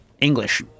English